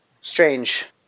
strange